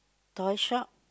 toy shop